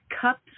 cups